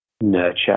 nurture